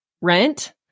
rent